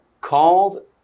called